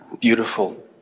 Beautiful